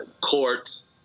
courts